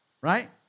Right